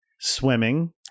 Swimming